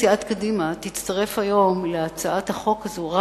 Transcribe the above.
סיעת קדימה תצטרף היום להצעת החוק הזאת רק